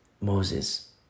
Moses